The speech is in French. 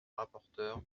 rapporteure